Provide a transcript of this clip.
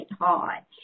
high